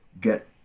get